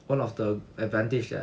one of the advantage that